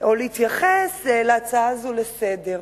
או להתייחס להצעה הזאת לסדר-היום.